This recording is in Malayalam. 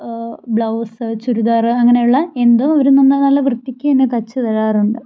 ബ്ളൌസ് ചുരിദാറ് അങ്ങനെയുള്ള എന്തും അവർ നല്ല വൃത്തിക്ക് തന്നെ തയ്ച്ച് തരാറുണ്ട്